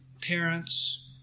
Parents